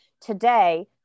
today